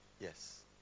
Yes